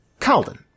Calden